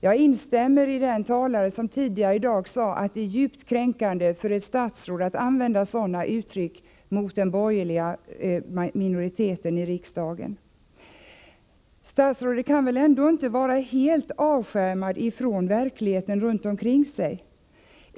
Jag instämmer med den talare som tidigare i dag sade att det är djupt kränkande när ett statsråd använder sådana uttryck mot den borgerliga minoriteten i riksdagen. Statsrådet kan väl ändå inte vara helt avskärmad från verkligheten runt omkring sig.